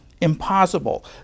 impossible